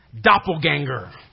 doppelganger